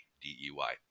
D-E-Y